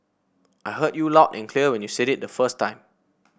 I heard you loud and clear when you said it the first time